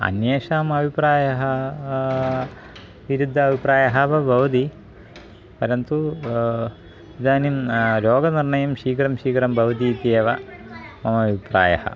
अन्येषाम् अभिप्रायः विरुद्धः अभिप्रायः वा भवति परन्तु इदानीं रोगनिर्णयं शीघ्रं शीघ्रं भवति इत्येव मम अभिप्रायः